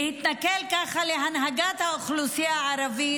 להתנכל ככה להנהגת האוכלוסייה הערבית,